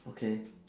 okay